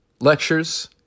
lectures